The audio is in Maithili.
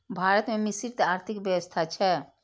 भारत मे मिश्रित आर्थिक व्यवस्था छै